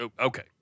Okay